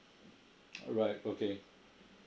alright okay